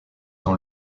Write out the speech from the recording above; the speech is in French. dans